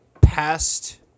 past